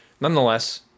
nonetheless